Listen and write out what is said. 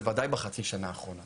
בוודאי בחצי שנה האחרונה